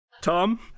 Tom